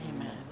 Amen